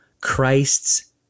Christ's